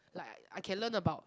like I I can learn about